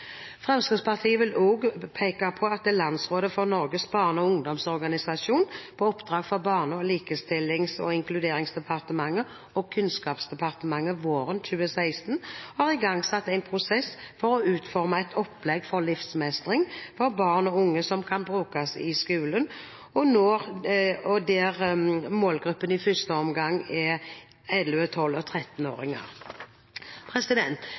Fremskrittspartiet vil også peke på at Landsrådet for Norges barne- og ungdomsorganisasjoner på oppdrag fra Barne-, likestillings- og inkluderingsdepartementet og Kunnskapsdepartementet våren 2016 har igangsatt en prosess for å utforme et opplegg for livsmestring for barn og unge som kan brukes i skolen, og der målgruppen i første omgang er 11-, 12-, og